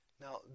Now